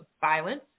violence